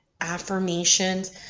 affirmations